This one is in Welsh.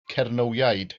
cernywiaid